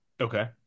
Okay